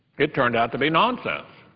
it turned out to be nonsense,